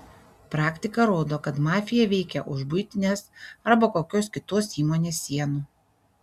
praktika rodo kad mafija veikia už buitinės arba kokios kitos įmonės sienų